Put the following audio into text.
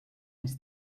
més